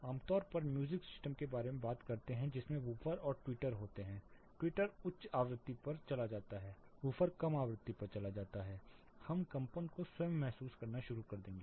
आमतौर पर music system के बारे में बात करते हैं जिनमें वूफर और ट्विटर होते हैं ट्विटर उच्च आवृत्ति पर चला जाता है वूफर कम आवृत्ति पर चला जाता है हम कंपन को स्वयं महसूस करना शुरू कर देंगे